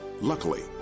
Luckily